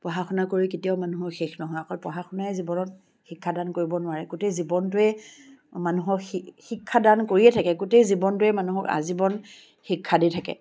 পঢ়া শুনা কৰি কেতিয়াও মানুহৰ শেষ নহয় অকল পঢ়া শুনাই জীৱনত শিক্ষাদান কৰিব নোৱাৰে গোটেই জীৱনটোৱেই মানুহৰ শি শিক্ষাদান কৰিয়ে থাকে গোটেই জীৱনটোৱেই মানুহক আজীৱন শিক্ষা দি থাকে